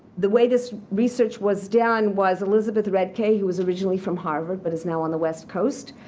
the way this research was done was, elizabeth redcay who was originally from harvard but is now on the west coast,